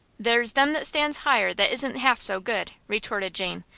there's them that stands higher that isn't half so good, retorted jane,